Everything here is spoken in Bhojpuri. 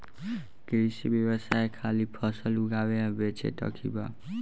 कृषि व्यवसाय खाली फसल उगावे आ बेचे तक ही बा